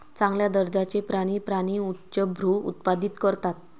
चांगल्या दर्जाचे प्राणी प्राणी उच्चभ्रू उत्पादित करतात